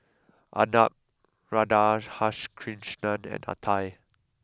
Arnab Radhakrishnan and Atal